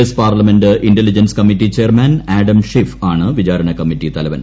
S parliament intelligence committee chairman Adam Schiff ആണ് വിചാരണ committee തലവൻ